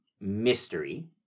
mystery